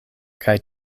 kaj